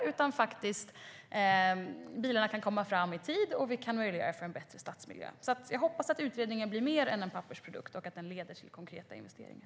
Bilarna kan då på ett effektivt sätt komma fram i tid, och vi kan möjliggöra en bättre stadsmiljö. Jag hoppas därför att utredningen blir mer än en pappersprodukt och att den leder till konkreta investeringar.